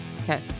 Okay